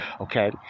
okay